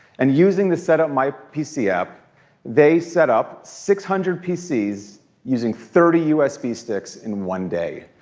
and using the set up my pc app they set up six hundred pcs using thirty usb sticks in one day.